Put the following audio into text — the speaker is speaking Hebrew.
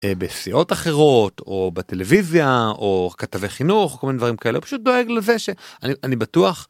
בשיעות אחרות או בטלוויזיה או כתבי חינוך כל מיני דברים כאלה פשוט דואג לזה שאני בטוח.